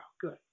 good